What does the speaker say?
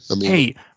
Hey